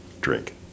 drink